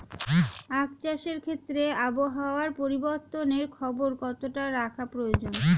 আখ চাষের ক্ষেত্রে আবহাওয়ার পরিবর্তনের খবর কতটা রাখা প্রয়োজন?